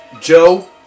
Joe